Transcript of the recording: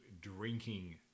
Drinking